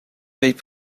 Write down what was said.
avec